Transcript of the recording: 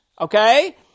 Okay